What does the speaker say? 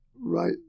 right